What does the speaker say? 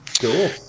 Cool